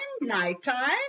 nighttime